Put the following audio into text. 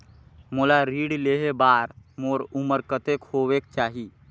मोला ऋण लेहे बार मोर उमर कतेक होवेक चाही?